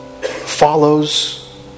follows